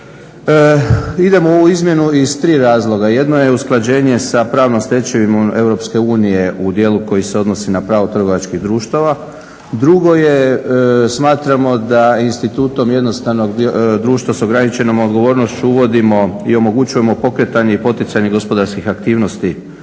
Idemo u izmjenu iz tri razloga. Jedno je usklađenje sa pravnom stečevinom EU u dijelu koji se odnosi na pravo trgovačkih društava. Drugo je smatramo da institutom jednostavno društvo sa ograničenom odgovornošću uvodimo i omogućujemo pokretanje i poticanje gospodarskih aktivnosti